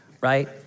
Right